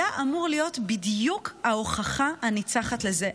היה אמור להיות בדיוק ההוכחה הניצחת לזה.